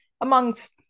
amongst